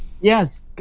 yes